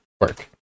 work